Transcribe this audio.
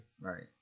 Right